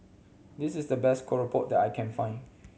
this is the best keropok that I can find